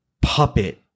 puppet